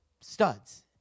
studs